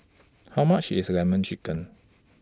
How much IS Lemon Chicken